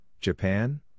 Japan